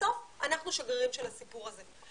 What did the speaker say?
בסוף אנחנו שגרירים של הסיפור הזה.